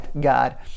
God